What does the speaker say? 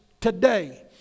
today